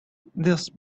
this